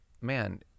man